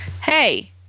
Hey